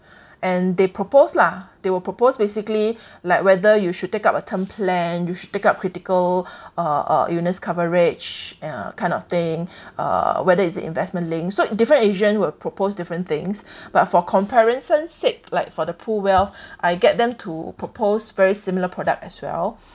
and they propose lah they will propose basically like whether you should take up a term plan you should take up critical uh uh illness coverage ya kind of thing uh whether is it investment linked so different agent will propose different things but for comparison's sake like for the PRUWealth I get them to propose very similar product as well